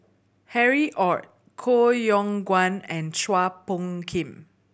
Harry Ord Koh Yong Guan and Chua Phung Kim